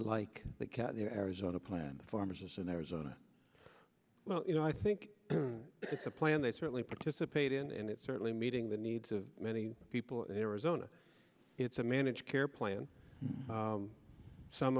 like the cat the arizona plan the pharmacists in arizona well you know i think it's a plan they certainly participate in and it's certainly meeting the needs of many people in arizona it's a managed care plan some